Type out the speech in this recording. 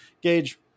Gage